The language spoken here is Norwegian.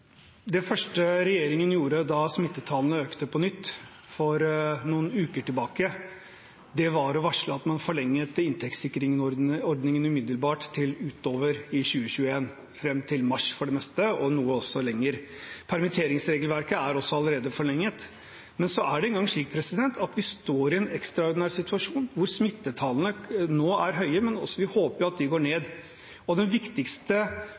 Det første regjeringen gjorde da smittetallene økte på nytt for noen uker tilbake, var å varsle at man forlenget inntektssikringsordningene umiddelbart til utover i 2021, for det meste fram til mars, og noe også lenger. Permitteringsregelverket er allerede forlenget. Så er det engang slik at vi står i en ekstraordinær situasjon hvor smittetallene nå er høye. Men vi håper jo at de går ned. Og den viktigste